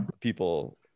people